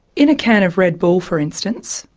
in a can of red bull, for instance,